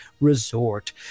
Resort